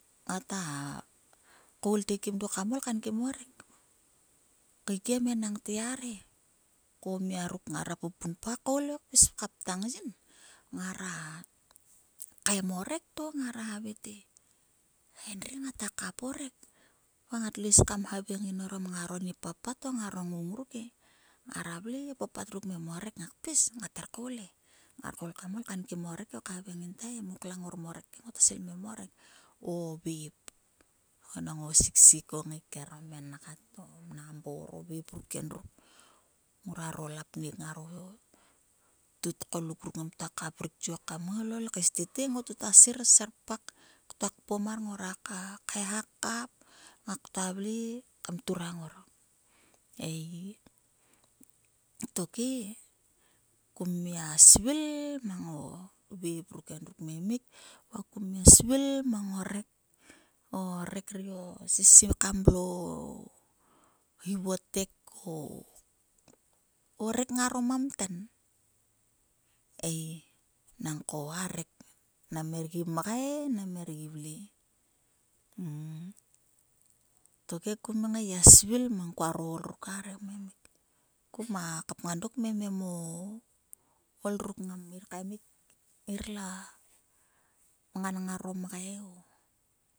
Ngata koulte kim dok kam enkim o rek kaekkiem enangete arhe. Ko o mia ruk ngara pupunpa koul he kpis ka patang yin ngara kaem o rek to ngara havei te hai endri ngata kap o rek va ngatlio is kom nhavaing yin orom o ni papat o ngoung ruke ngara vle o papat ruk kmem o rek ngak kpis ngat her koul he. Ngar koul kam ol kaenkim o rek va khavaing yin te ngota svil kmem o rek o vep enang. o siksik. ngauker. omengata o mnambar o vep ruk endruk. Ngruaro lapnek ngaro kut tgoluk ruk ngat kut lol kut tiok kam ngai kut kais tete ngot kuta sir serpak ktua kaellha kap kta ngai kat kam kta turang ngor er tokhe kumm mia svil mang o vep ruk endruk va kum mia svill mang o rek o reka ri o sisikamblo o hivotek o rek ngaro mamten nangko a rek nam her gia vle. Tokhe kum ngai gia svill mang kuaro d ruk aehe kmemik. Kuma kapangan dok kmemem o. ol ruk ngom gi kaemuk ngir la ngan ngaro mgai